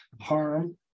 harm